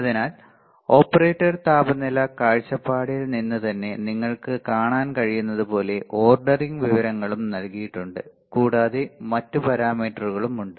അതിനാൽ ഓപ്പറേറ്റർ താപനില കാഴ്ചപ്പാടിൽ നിന്ന് തന്നെ നിങ്ങൾക്ക് കാണാൻ കഴിയുന്നതുപോലെ ഓർഡറിംഗ് വിവരങ്ങളും നൽകിയിട്ടുണ്ട് കൂടാതെ മറ്റ് പാരാമീറ്ററുകളും ഉണ്ട്